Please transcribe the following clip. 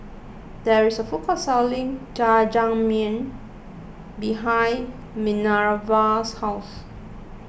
there is a food court selling Jajangmyeon behind Manerva's house